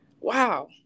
wow